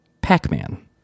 Pac-Man